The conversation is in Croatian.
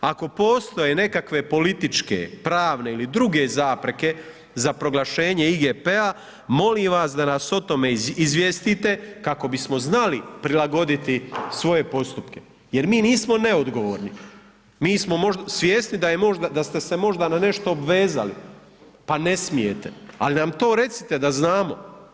Ako postoje nekakve političke, pravne ili druge zapreke za proglašenje IGP-a molim vas da nas o tome izvijestite kako bismo znali prilagoditi svoje postupke jer mi nismo neodgovorni, mi smo svjesni da ste se možda na nešto obvezali, pa ne smijete, al nam to recite da znamo.